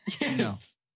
yes